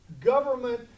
government